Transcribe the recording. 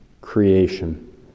creation